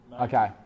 Okay